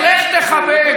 משה ארבל